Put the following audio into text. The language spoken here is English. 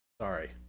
Sorry